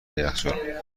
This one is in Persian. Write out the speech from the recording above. یخچال